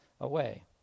away